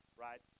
right